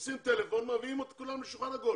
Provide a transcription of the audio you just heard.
עושים טלפון, מביאים את כולם לשולחן עגול